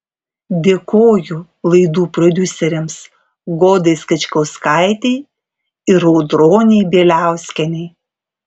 dėkoju laidų prodiuserėms godai skačkauskaitei ir audronei bieliauskienei